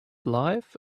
life